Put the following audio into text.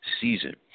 season